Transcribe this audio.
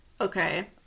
Okay